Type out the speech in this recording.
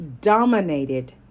dominated